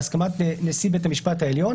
בהסכמת נשיאת בית המשפט העליון,